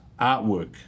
Artwork